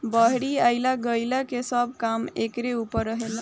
बहरी अइला गईला के सब काम एकरे ऊपर रहेला